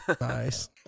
nice